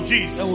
Jesus